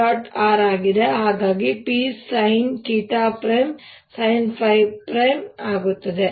r ಆಗಿದೆ P sinsinϕ ಆಗುತ್ತದೆ